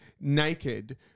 naked